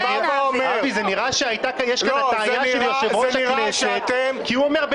זה נראה שיש כאן הטעיה של יושב-ראש הכנסת כי הוא אומר,